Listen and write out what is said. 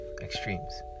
extremes